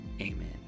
amen